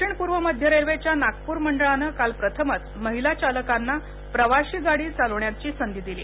दक्षिण पूर्व मध्य रेल्वे च्या नागपूर मंडळान काल प्रथमच महिला चालकाला प्रवाशी गाडी चालविण्याची संधी दिली